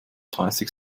dreißig